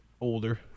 older